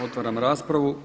Otvaram raspravu.